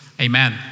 Amen